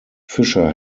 fisher